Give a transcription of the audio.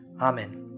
Amen